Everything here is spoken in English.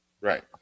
Right